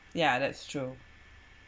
yeah that's true